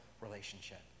relationship